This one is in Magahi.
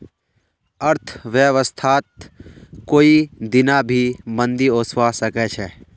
अर्थव्यवस्थात कोई दीना भी मंदी ओसवा सके छे